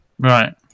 Right